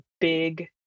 big